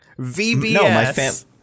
VBS